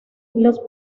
los